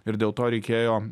ir dėl to reikėjo